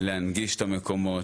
להנגיש את המקומות,